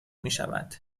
میشود